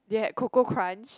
they had KoKo Krunch